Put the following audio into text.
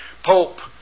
Pope